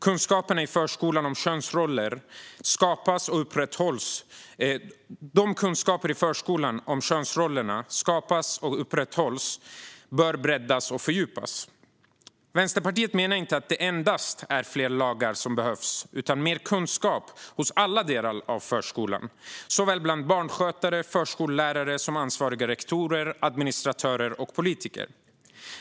Kunskaperna i förskolan om hur könsroller skapas och upprätthålls bör breddas och fördjupas. Vänsterpartiet menar inte att det endast är fler lagar som behövs. Det behövs också mer kunskap i alla delar av förskolan, såväl hos barnskötare och förskollärare som hos ansvariga rektorer, administratörer och politiker.